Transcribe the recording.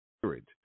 spirit